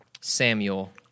Samuel